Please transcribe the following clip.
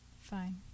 Fine